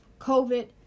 COVID